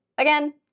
Again